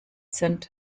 sind